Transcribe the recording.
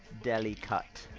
deli-cut